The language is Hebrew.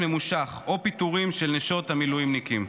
ממושך או פיטורים של נשות המילואימניקים,